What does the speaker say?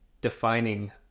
defining